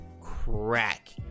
crack